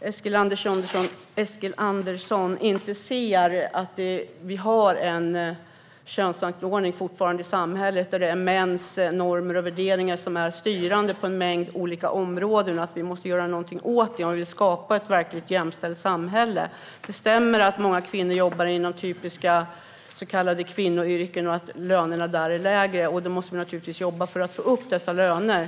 Eskilandersson inte ser att det fortfarande finns en könsmaktsordning i vårt samhälle. Det är mäns normer och värderingar som är styrande på en mängd olika områden. Vi måste göra någonting åt det, om vi vill skapa ett verkligt jämställt samhälle. Det stämmer att många kvinnor jobbar inom typiska så kallade kvinnoyrken och att lönerna där är lägre. Vi måste jobba för att få upp de lönerna.